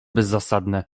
bezzasadne